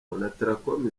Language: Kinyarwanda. onatracom